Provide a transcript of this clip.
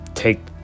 take